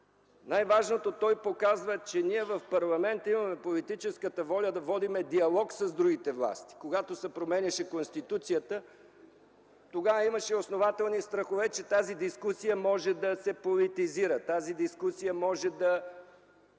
Най-важното: показва, че в парламента имаме политическата воля да водим диалог с другите власти. Когато се променяше Конституцията, имаше основателни страхове, че тази дискусия може да се политизира, може да